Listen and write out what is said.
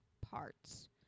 parts